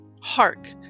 Hark